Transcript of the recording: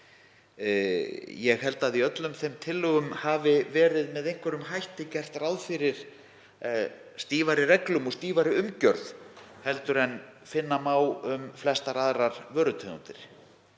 Ég held að í öllum þeim tillögum hafi verið með einhverjum hætti gert ráð fyrir stífari reglum og stífari umgjörð heldur en finna má um flestar aðrar vörutegundir,